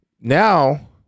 now